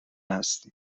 هستیم